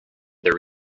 their